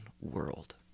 world